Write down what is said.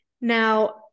Now